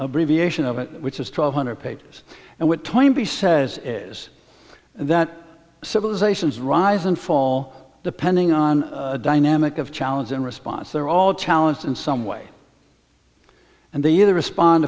abbreviation of it which is twelve hundred pages and when he says is that civilizations rise and fall depending on a dynamic of challenge and response there are all challenges in some way and they either respond